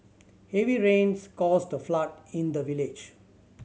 heavy rains caused a flood in the village